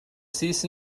cease